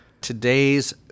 Today's